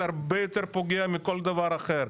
זה הרבה יותר פוגע מכל דבר אחר.